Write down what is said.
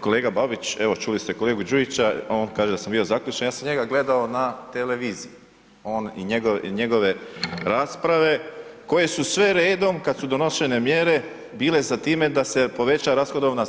Kolega Babić, evo čuli ste kolegu Đujića, on kaže da sam bio zaključan, ja sam njega gledao na televiziji, on i njegove rasprave koje su sve redom kad su donošene mjere bile za time da se poveća rashodovna